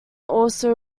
also